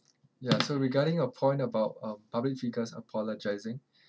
ya so regarding your point about um public figures apologizing